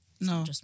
No